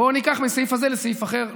בואו ניקח מהסעיף הזה לסעיף אחר.